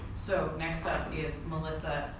so next up is melissa,